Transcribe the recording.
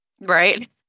Right